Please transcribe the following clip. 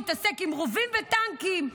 להתעסק עם רובים וטנקים.